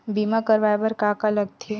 बीमा करवाय बर का का लगथे?